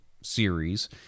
series